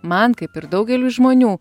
man kaip ir daugeliui žmonių